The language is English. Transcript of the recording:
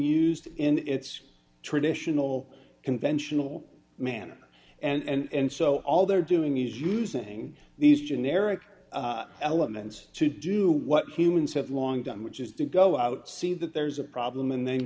used in its traditional conventional manner and so all they're doing is using these generic elements to do what humans have long done which is to go out see that there's a problem and then